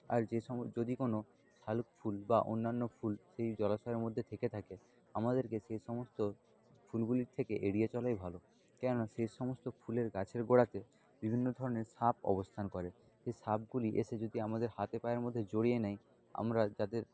আর যে সময় যদি কোনো শালুক ফুল বা অন্যান্য ফুল সেই জলাশয়ের মধ্যে থেকে থাকে আমাদেরকে সেই সমস্ত ফুলগুলির থেকে এড়িয়ে চলাই ভালো কেননা সেই সমস্ত ফুলের গাছের গোড়াতে বিভিন্ন ধরনের সাপ অবস্থান করে সে সাপগুলি এসে যদি আমাদের হাতে পায়ের মধ্যে জড়িয়ে নেয় আমরা যাদের